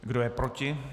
Kdo je proti?